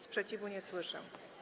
Sprzeciwu nie słyszę.